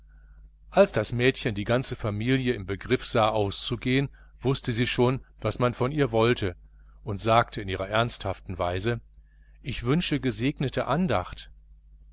als das mädchen die ganze familie im begriff sah auszugehen wußte sie schon was man von ihr wollte und sagte in ihrer ernsthaften weise ich wünsche gesegnete andacht